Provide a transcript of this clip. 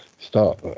start